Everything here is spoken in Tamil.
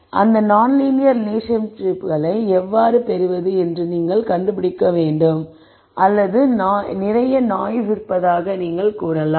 அந்த நான் லீனியர் ரிலேஷன்ஷிப்ளை எவ்வாறு பெறுவது என்பதை நீங்கள் கண்டுபிடிக்க வேண்டும் அல்லது நிறைய நாய்ஸ் இருப்பதாக நீங்கள் கூறலாம்